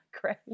great